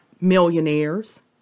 millionaires